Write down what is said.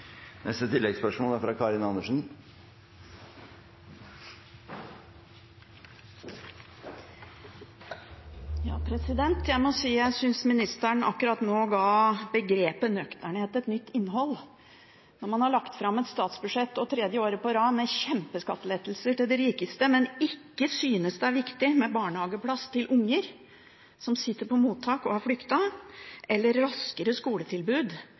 Karin Andersen – til oppfølgingsspørsmål. Jeg synes ministeren akkurat nå ga begrepet «nøkternhet» et nytt innhold, når man har lagt fram et statsbudsjett for tredje året på rad med kjempeskattelettelser til de rikeste, men ikke synes det er viktig med barnehageplass til unger som sitter på mottak og har flyktet, eller raskere skoletilbud